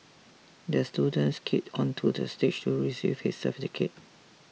the student skated onto the stage to receive his certificate